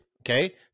Okay